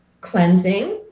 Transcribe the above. cleansing